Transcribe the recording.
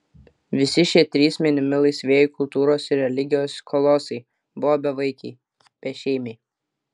visi šie trys minimi laisvieji kultūros ir religijos kolosai buvo bevaikiai bešeimiai